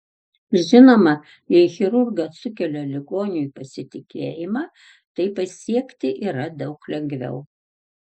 žinoma jei chirurgas sukelia ligoniui pasitikėjimą tai pasiekti yra daug lengviau